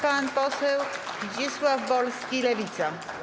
Pan poseł Zdzisław Wolski, Lewica.